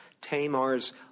Tamar's